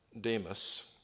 Demas